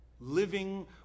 Living